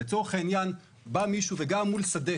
לצורך העניין, בא מישהו וגר מול שדה.